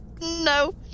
no